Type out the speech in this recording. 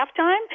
Halftime